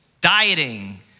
dieting